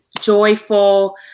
joyful